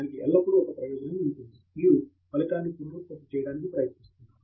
తంగిరాల దానికి ఎల్లప్పుడూ ఒక ప్రయోజనం ఉంటుంది మీరు ఫలితాన్ని పునరుత్పత్తి చేయటానికి ప్రయత్నిస్తున్నారు